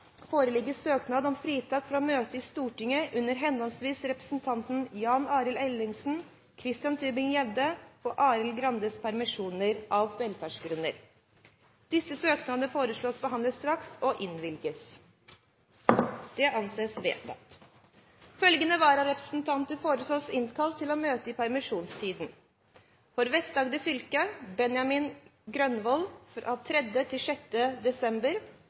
foreligger søknad om fritak for å møte i Stortinget under henholdsvis representantene Jan Arild Ellingsens, Christian Tybring-Gjeddes og Arild Grandes permisjoner, av velferdsgrunner. Etter forslag fra presidenten ble enstemmig besluttet: Søknadene behandles straks og innvilges. Følgende vararepresentanter innkalles for å møte i permisjonstiden slik: For Vest-Agder fylke: Benjamin Grønvold 3.–6. desember For Hedmark fylke: Lasse Juliussen 3.–6. desember